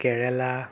কেৰেলা